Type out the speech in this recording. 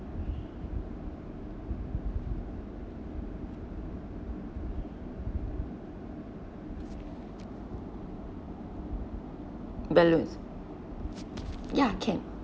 balloon ya can